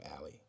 alley